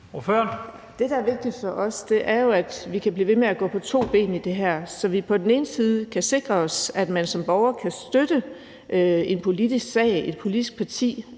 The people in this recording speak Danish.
Det, der er vigtigst for os, er jo, at vi kan blive ved med at gå på to ben i det her, så vi på den ene side kan sikre os, at man som borger kan støtte en politisk sag, et politisk parti,